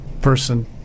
person